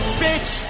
bitch